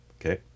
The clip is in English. Okay